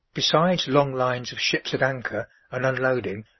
besides long lines of ships at anchor and unloading,